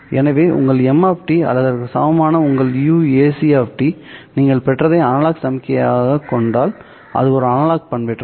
எனவே உங்கள் m அல்லது அதற்கு சமமாக உங்கள் uac நீங்கள் பெற்றதை அனலாக் சமிக்ஞையாகக் கொண்டால்இது ஒரு அனலாக் பண்பேற்றம்